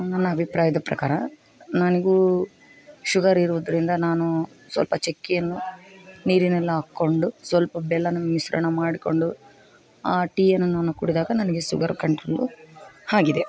ನನ್ನಅಭಿಪ್ರಾಯದ ಪ್ರಕಾರ ನನಗೂ ಶುಗರ್ ಇರುವುದ್ರಿಂದ ನಾನು ಸ್ವಲ್ಪ ಚಕ್ಕೆಯನ್ನು ನೀರಿನಲ್ಲಿ ಹಾಕ್ಕೊಂಡು ಸ್ವಲ್ಪ ಬೆಲ್ಲ ಮಿಶ್ರಣ ಮಾಡಿಕೊಂಡು ಆ ಟೀಯನ್ನು ನಾನು ಕುಡಿದಾಗ ನನಗೆ ಸುಗರ್ ಕಂಟ್ರೋಲು ಆಗಿದೆ